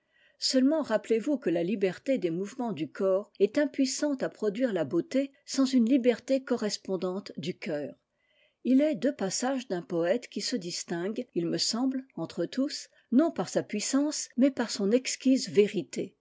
seulement rappelez-vous que la liberté des mouvements du corps est impuissante à produire la beauté sans une liberté correspondante du cœur il est deux passages d'un poète ï qui se distingue il me semble entre tous non par sa puissance mais par son exquise vérité